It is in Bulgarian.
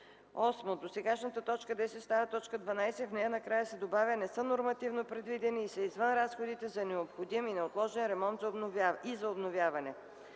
8. Досегашната т. 10 става т. 12 и в нея накрая се добавя „не са нормативно предвидени и са извън разходите за необходим и неотложен ремонт и за обновяване”.